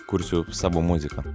kursiu savo muziką